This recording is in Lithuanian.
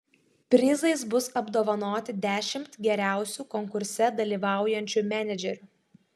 prizais bus apdovanoti dešimt geriausių konkurse dalyvaujančių menedžerių